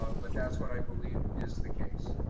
um but that's what i believe is the case.